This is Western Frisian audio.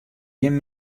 gjin